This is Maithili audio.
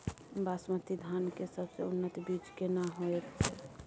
बासमती धान के सबसे उन्नत बीज केना होयत छै?